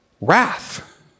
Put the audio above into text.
Wrath